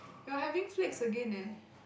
you're having flakes again eh